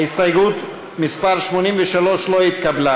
הסתייגות מס' 83 לא התקבלה.